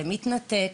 השיחה מתנתקת,